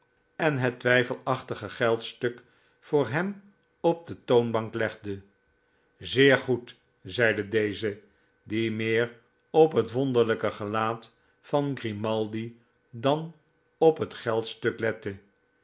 en het jozef grimaldi twijfelachtige geldstuk voor hem op de toonbank legde zeer goed zeide deze die meer op het wonderlijke gelaat van grimaldi dan op het geldstuk lette